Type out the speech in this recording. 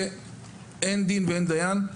זה שאין דין ואין דיין.